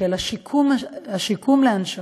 של השיקום להנשמה,